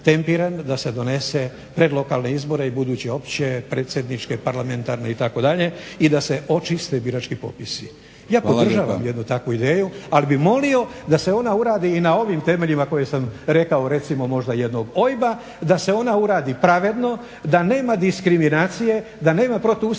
da se donese pred lokalne izbore i buduće opće, predsjedničke, parlamentarne itd. i da se očiste birački popisi. Ja podržavam jednu takvu ideju, ali bih molio da se ona uradi i na ovim temeljima koje sam rekao recimo možda jednog OIB-a da se ona uradi pravedno, da nema diskriminacije, da nema protuustavnih